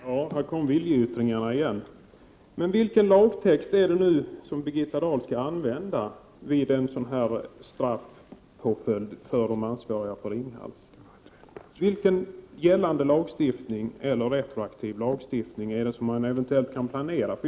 Herr talman! Här kom viljeyttringarna igen. Men vilken lagtext är det som Birgitta Dahl skall använda vid en sådan här straffpåföljd för de ansvariga på Ringhals? Vilken gällande eller retroaktiv lagstiftning är det som man eventuellt kan planera?